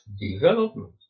development